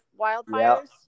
wildfires